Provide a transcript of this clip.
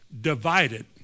divided